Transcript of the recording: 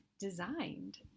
Designed